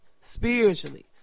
spiritually